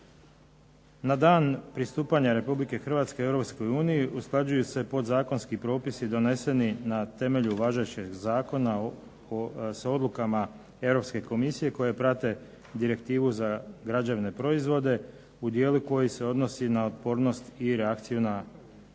Na dan pristupanja Republike Hrvatske Europskoj uniji usklađuju se podzakonski propisi doneseni na temelju važećeg Zakona, sa odlukama Europske komisije koje prate Direktivu za građevne proizvode u dijelu koji se odnosi na otpornost i reakciju na požar.